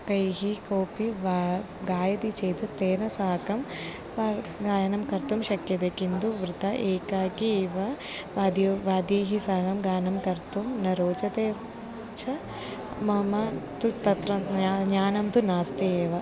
कैः कोऽपि वा गायति चेत् तेन साकं गायनं कर्तुं शक्यते किन्तु वृथा एकाकी एव वाद्यं वाद्यैः साकं गानं कर्तुं न रोचते च मम तु तत्र ज्ञानं ज्ञानं तु नास्ति एव